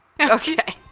Okay